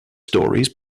stories